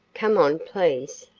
come on, please.